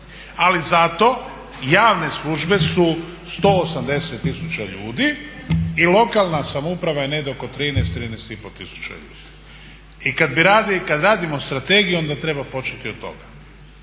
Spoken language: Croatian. ali zato javne službe su 180 tisuća ljudi i lokalna samouprava je negdje oko 13, 13,5 tisuća ljudi. I kad radimo strategiju onda treba početi od toga